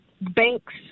banks